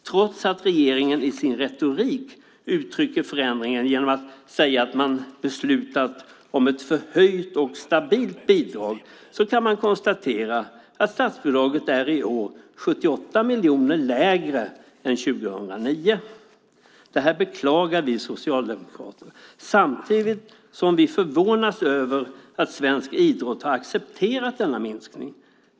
Trots att regeringen i sin retorik uttrycker förändringen genom att säga att man beslutat om ett förhöjt och stabilt bidrag kan det konstateras att statsbidraget i år är 78 miljoner mindre än det var år 2009. Detta beklagar vi socialdemokrater. Samtidigt förvånas vi över att svensk idrott accepterat denna minskning.